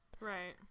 Right